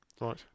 Right